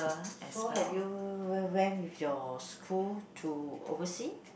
so have you w~ went with your school to overseas